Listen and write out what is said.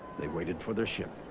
they waited for the ship